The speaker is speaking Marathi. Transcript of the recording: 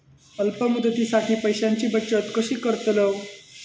अल्प मुदतीसाठी पैशांची बचत कशी करतलव?